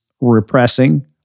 repressing